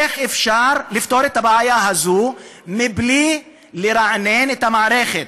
איך אפשר לפתור את הבעיה הזו מבלי לרענן את המערכת,